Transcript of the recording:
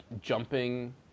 jumping